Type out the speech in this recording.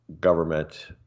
government